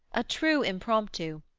a true impromptu,